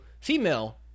female